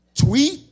tweet